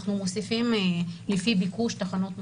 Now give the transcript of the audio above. אנחנו מוסיפים לפי ביקוש תחנות נוספות.